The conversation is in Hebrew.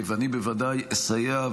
ואני בוודאי אסייע,